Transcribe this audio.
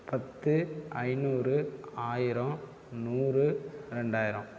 பத்து ஐநூறு ஆயிரம் நூறு ரெண்டாயிரம்